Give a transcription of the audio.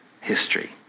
history